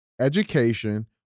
education